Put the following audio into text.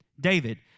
David